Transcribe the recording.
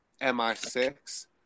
MI6